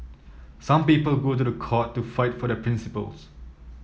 some people go to the court to fight for their principles